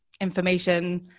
information